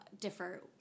differ